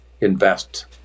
invest